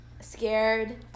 scared